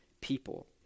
people